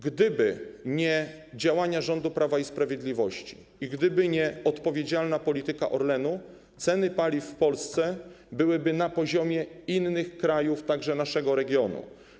Gdyby nie działania rządu Prawa i Sprawiedliwości i gdyby nie odpowiedzialna polityka Orlenu, ceny paliw w Polsce byłyby na poziomie innych krajów, także naszego regionu.